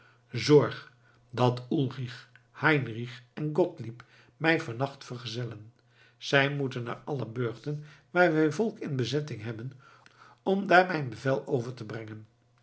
zorg dat ulrich heinrich en gottlieb mij vannacht vergezellen zij moeten naar alle burchten waar wij volk in bezetting hebben om daar mijn bevel over te brengen